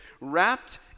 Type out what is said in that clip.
wrapped